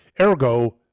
ergo